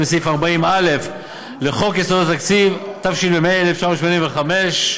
בהתאם לסעיף 40א לחוק יסודות התקציב, התשמ"ה 1985,